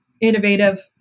innovative